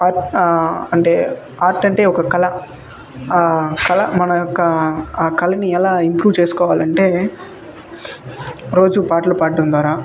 art art అంటే ఒక కళ కళ మన యొక్క ఆ కళని ఎలా ఇంప్రూవ్ చేసుకోవాలి అంటే రోజు పాటలు పాడ్డం ద్వారా